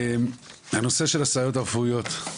הנושא של הסייעות הרפואיות,